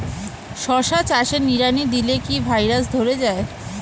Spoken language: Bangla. শশা চাষে নিড়ানি দিলে কি ভাইরাস ধরে যায়?